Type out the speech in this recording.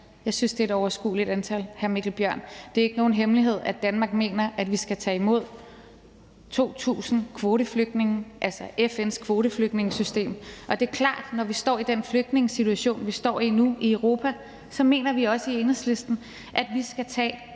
Jeg synes, det er et overskueligt antal, hr. Mikkel Bjørn. Det er ikke nogen hemmelighed, at Danmark mener, at vi skal tage imod 2.000 kvoteflygtninge, altså inden for FN's kvoteflygtningesystem. Og det er klart, at når vi står i den flygtningesituation, vi står i nu, i Europa, så mener vi også i Enhedslisten, at vi skal tage